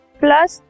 plus